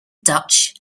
dutch